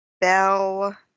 bell